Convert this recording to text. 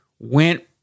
went